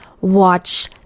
watch